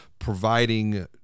providing